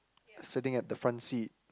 siting at the front seat